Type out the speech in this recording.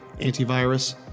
antivirus